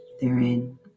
therein